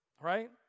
right